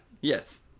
Yes